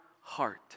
heart